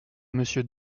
monsieur